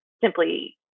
simply